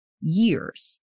years